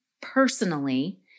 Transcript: personally